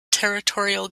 territorial